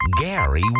Gary